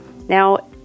Now